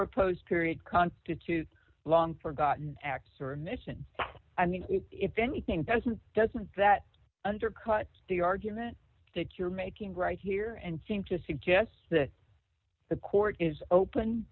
were posed period constitutes a long forgotten acts or mission i mean if anything doesn't doesn't that undercut the argument that you're making right here and seem to suggest that the court is open